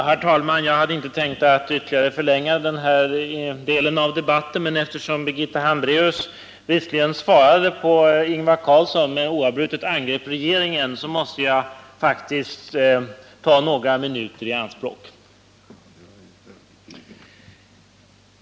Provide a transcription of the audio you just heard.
Herr talman! Jag hade inte tänkt att ytterligare förlänga den här delen av debatten, men eftersom Birgitta Hambraeus visserligen svarade på Ingvar Carlssons frågor men oavbrutet angrep regeringen, så måste jag ta några minuter i anspråk.